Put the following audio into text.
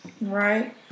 right